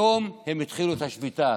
היום הם התחילו את השביתה.